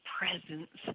presence